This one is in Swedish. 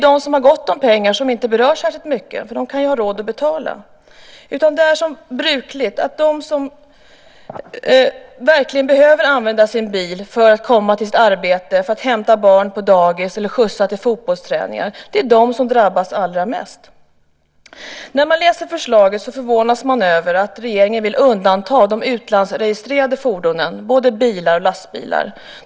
De som har gott om pengar berörs inte särskilt mycket. De har ju råd att betala. Det är som brukligt, att de som verkligen behöver använda sin bil för att komma till sitt arbete, för att hämta barn på dagis eller för att skjutsa till fotbollsträningar kommer att drabbas värst. När man läser förslaget förvånas man över att regeringen vill undanta de utlandsregistrerade fordonen, både bilar och lastbilar.